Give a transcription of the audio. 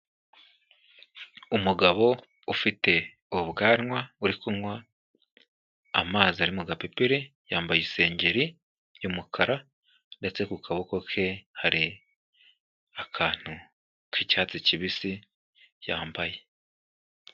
Umugabo ,ufite ubwanwa ,uri kunywa ,amazi ari mu gapipiri, yambaye isengeri y'umukara, ndetse ku kaboko ke hari akantu k'icyatsi kibisi yambaye.